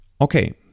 Okay